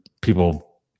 people